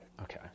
Okay